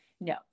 no